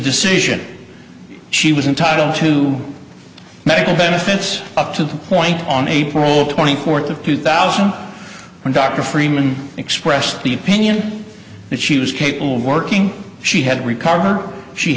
decision she was entitled to medical benefits up to the point on april twenty fourth of two thousand when dr freeman expressed the opinion that she was capable of working she had recovered she